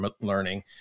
learning